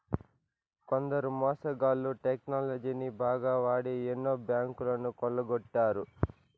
కొందరు మోసగాళ్ళు టెక్నాలజీని బాగా వాడి ఎన్నో బ్యాంకులను కొల్లగొట్టారు